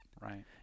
Right